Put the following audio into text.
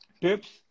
tips